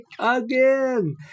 again